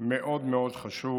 מאוד מאוד חשוב: